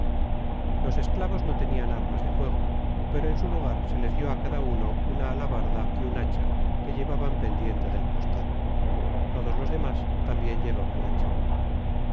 los esclavos no tenían armas de fuego pero en m lugar se les dio ácada uno una alabarda y un hacha que llevaban pendiente del costado todos los demas tambien llevaban hacha